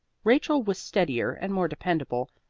rachel was steadier and more dependable,